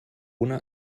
ohne